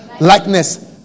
Likeness